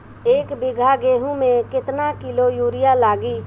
एक बीगहा गेहूं में केतना किलो युरिया लागी?